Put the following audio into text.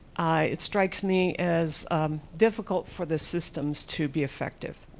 it strikes me as difficult for the systems to be effective.